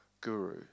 guru